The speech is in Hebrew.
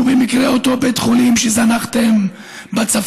הוא במקרה אותו בית חולים שזנחתם בצפון,